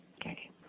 Okay